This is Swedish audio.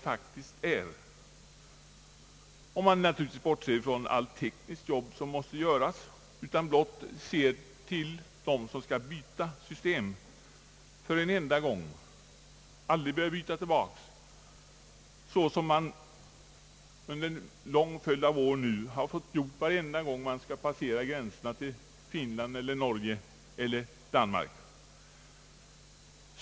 Övergången är faktiskt enkel, om man bortser från allt tekniskt arbete som måste utföras och blott ser till dem som för en enda gång måste byta system — de byter aldrig tillbaka, medan man däremot nu under en lång följd av år måst skifta från vänstertill högertrafik varje gång man passerat gränsen till Finland, Norge eller Danmark.